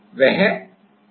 वह यह स्थिति है